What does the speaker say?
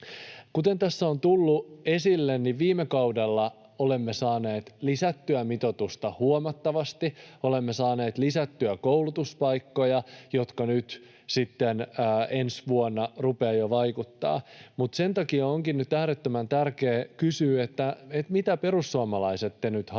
Kuten tässä on tullut esille, niin viime kaudella olemme saaneet lisättyä mitoitusta huomattavasti, olemme saaneet lisättyä koulutuspaikkoja, jotka nyt sitten ensi vuonna rupeavat jo vaikuttamaan. Sen takia onkin nyt äärettömän tärkeä kysyä, mitä te perussuomalaiset nyt hallituksessa